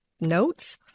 notes